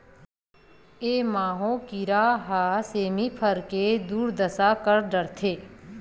ए माहो कीरा ह सेमी फर के दुरदसा कर डरथे